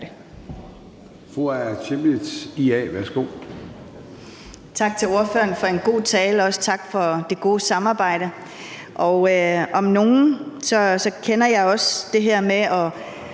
Aaja Chemnitz (IA): Tak til ordføreren for en god tale, og også tak for det gode samarbejde. Om nogen kender jeg også det her med at